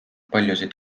paljusid